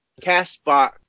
Castbox